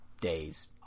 days